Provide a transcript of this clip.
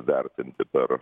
vertinti per